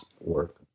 work